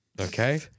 okay